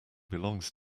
belongs